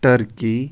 turkey